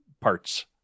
parts